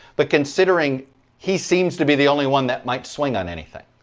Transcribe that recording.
but considering he seems to be the only one that might swing on anything?